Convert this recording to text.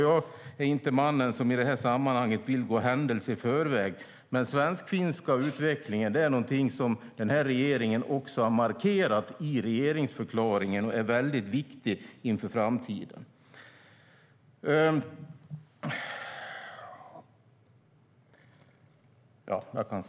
Jag är inte en man som vill gå händelserna i förväg i detta sammanhang, men regeringen har i regeringsförklaringen markerat att den svensk-finska utvecklingen är väldigt viktig inför framtiden.